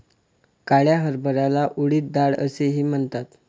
काळ्या हरभऱ्याला उडीद डाळ असेही म्हणतात